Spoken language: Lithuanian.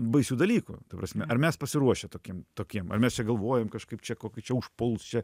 baisių dalykų ta prasme ar mes pasiruošę tokiem tokiem mes čia galvojam kažkaip čia kokį čia užpuls čia